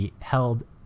held